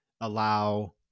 allow